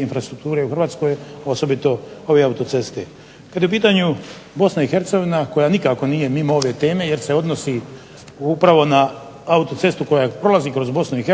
infrastrukture u HRvatskoj osobito ove autoceste. Kada je u pitanju BiH koja nije nikako mimo ove teme koja se odnosi upravo na autocestu koja prolazi kroz BiH.